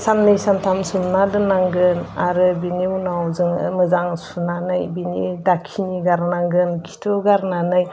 साननै सानथाम सोमना दोननांगोन आरो बेनि उनाव जोङो मोजां सुनानै बिनि दाखिनि गारनांगोन खिथु गारनानै